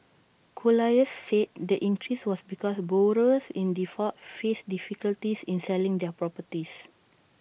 colliers said the increase was because borrowers in default faced difficulties in selling their properties